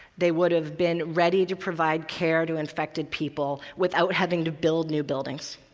they would have been ready to provide care to infected people without having to build new buildings.